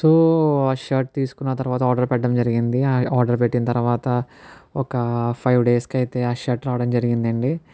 so ఆ shirt తీసుకున్న తర్వాత ఆర్డర్ పెట్టడం జరిగింది ఆర్డర్ పెట్టిన తర్వాత ఒక ఫైవ్ డేస్కైతే ఆ షర్ట్ రావడం జరిగిందండి